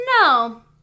No